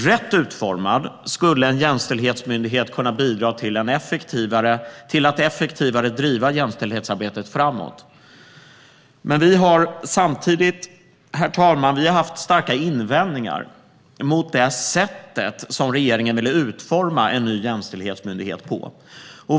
Rätt utformad skulle en jämställdhetsmyndighet kunna bidra till att effektivare driva jämställdhetsarbetet framåt. Men, herr talman, vi har haft starka invändningar mot det sätt på vilket regeringen vill utforma en ny jämställdhetsmyndighet.